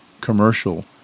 commercial